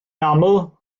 aml